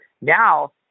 Now